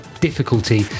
Difficulty